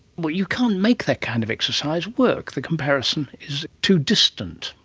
but you can't make that kind of exercise work, the comparison is too distant.